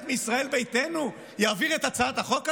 מישראל ביתנו יעביר את הצעת החוק הזו.